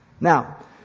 Now